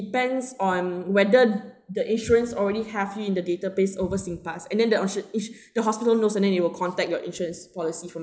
~pends on whether the insurance already have you in the database overseeing parts and then the insu~ insu~ the hospital knows and then they will contact your insurance policy from